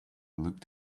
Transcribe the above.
looked